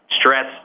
stress